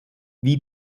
wie